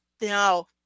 No